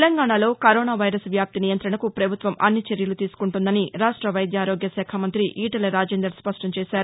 తెలంగాణాలో corona virus వ్యాప్తి నియంతణకు ప్రభుత్వం అన్ని చర్యలు తీసుకుంటోందని రాష్ట వైద్యారోగ్యశాఖ మంతి ఈటెల రాజేందర్ స్పష్టం చేశారు